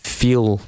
feel